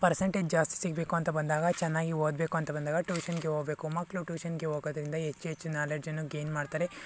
percentage ಜಾಸ್ತಿ ಸಿಗಬೇಕು ಅಂತ ಬಂದಾಗ ಚೆನ್ನಾಗಿ ಓದಬೇಕು ಅಂತ ಬಂದಾಗ ಟ್ಯೂಷನ್ಗೆ ಹೋಗಬೇಕು ಮಕ್ಕಳು ಟ್ಯೂಷನ್ಗೆ ಹೋಗೋದ್ರಿಂದ ಹೆಚ್ಚು ಹೆಚ್ಚು ನಾಲೆಡ್ಜನ್ನು ಗೈನ್ ಮಾಡ್ತಾರೆ